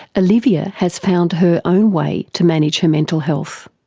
olivia has found her own way to manage her mental health.